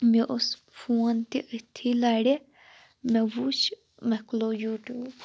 مےٚ اوس فون تہِ ٲتھٕے لڑِ مےٚ وُچھ مےٚ کُھلو یوٹِیوب